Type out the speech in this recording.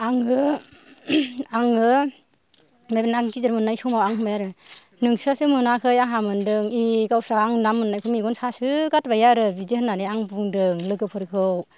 आङो आङो बे ना गिदिर मोननाय समाव आं होनबाय आरो नोंस्रासो मोनाखै आंहा मोनदों ए गावस्रा आं ना मोननायखौ मेगन सासो गारबाय आरो बिदि होननानै आं बुंदों लोगोफोरखौ